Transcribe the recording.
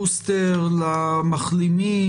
סוגיית הבוסטר למחלימים,